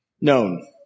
known